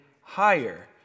higher